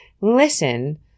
listen